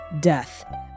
death